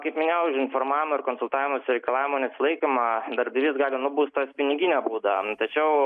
kaip minėjau už informavimo ir konsultavimosi reikalavimų nesilaikymą darbdavys gali nubaustas pinigine bauda tačiau